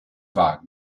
war